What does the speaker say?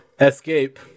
escape